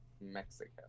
Mexico